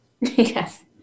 Yes